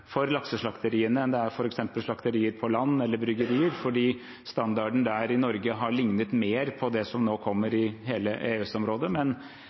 for lakseslakteriene enn det er f.eks. for slakterier på land eller bryggerier, fordi standarden i Norge har lignet mer på det som nå kommer i hele